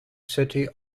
city